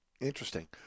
interesting